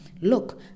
look